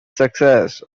success